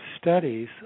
studies